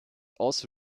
also